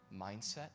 mindset